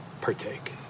partake